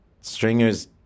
Stringer's